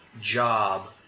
job